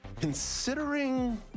Considering